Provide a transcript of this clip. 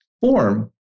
form